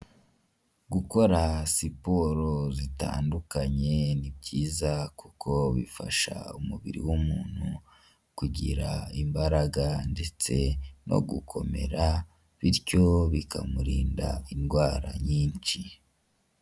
Gukora siporo zitandukanye ni byiza, kuko bifasha umubiri w'umuntu kugira imbaraga ndetse no gukomera bityo bikamurinda indwara nyinshi.